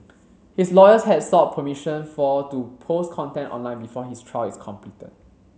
his lawyers had sought permission for to post content online before his trial is completed